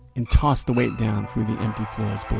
and tossed the weight down through the empty floors below.